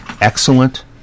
excellent